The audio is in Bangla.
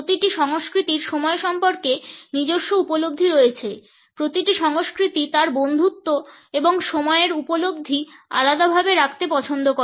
প্রতিটি সংস্কৃতির সময় সম্পর্কে তার নিজস্ব উপলব্ধি রয়েছে প্রতিটি সংস্কৃতি তার বন্ধুত্ব এবং সময়ের উপলব্ধি আলাদাভাবে রাখতে পছন্দ করে